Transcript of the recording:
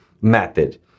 method